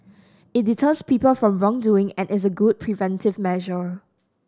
it deters people from wrongdoing and is a good preventive measure